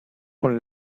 con